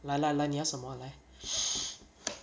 来来来你要什么来